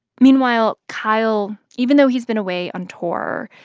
meanwhile, kyle, even though he's been away on tour,